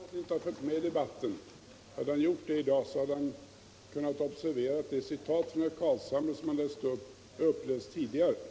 Herr talman! Herr Olsson i Kil måtte inte ha följt med i debatten. Om han gjort det, hade han kunnat observera att det citat av herr Carlshamres anförande i december som han läste upp redan hade upplästs tidigare i dag.